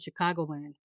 Chicagoland